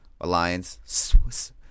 Alliance